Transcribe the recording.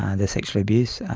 ah the sexual abuse,